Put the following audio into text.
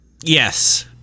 Yes